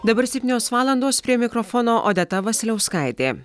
dabar septynios valandos prie mikrofono odeta vasiliauskaitė